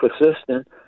persistent